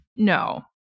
No